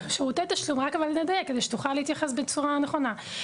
רק נדייק, כדי שתוכל להתייחס לזה בצורה הנכונה.